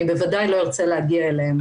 אני בוודאי לא ארצה להגיע לזה.